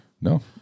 No